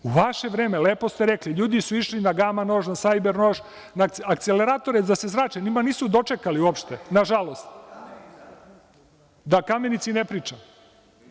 U vaše vreme, lepo ste rekli, ljudi su išli na gama nož, na sajber nož, na akceleratore da se zrače nisu dočekali uopšte nažalost, o Kamenici da ne pričam.